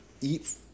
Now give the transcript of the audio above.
eat